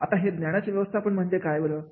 आता हे ज्ञानाचे व्यवस्थापन म्हणजे काय बरं